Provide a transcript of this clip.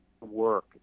work